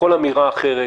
כל אמירה אחרת,